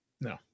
No